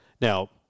Now